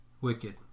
Wicked